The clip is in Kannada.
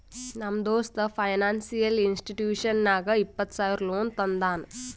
ನಮ್ ದೋಸ್ತ ಫೈನಾನ್ಸಿಯಲ್ ಇನ್ಸ್ಟಿಟ್ಯೂಷನ್ ನಾಗ್ ಇಪ್ಪತ್ತ ಸಾವಿರ ಲೋನ್ ತಂದಾನ್